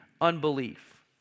unbelief